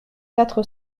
quatre